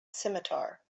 scimitar